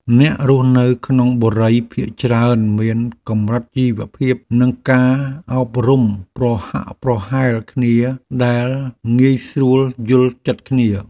អ្នករស់នៅក្នុងបុរីភាគច្រើនមានកម្រិតជីវភាពនិងការអប់រំប្រហាក់ប្រហែលគ្នាដែលងាយស្រួលយល់ចិត្តគ្នា។